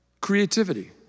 creativity